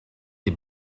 des